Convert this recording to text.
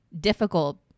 difficult